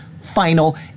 final